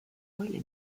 rolli